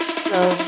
slow